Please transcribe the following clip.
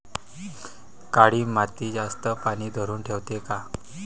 काळी माती जास्त पानी धरुन ठेवते का?